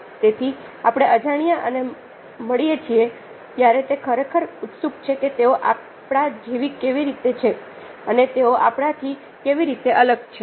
તેથી આપણે અજાણ્યા અને મળીએ છીએ ત્યારે તે ખરેખર ઉત્સુક છે કે તેઓ આપણા જેવા કેવી રીતે છે અને તેઓ આપણા થી કેવી રીતે અલગ છે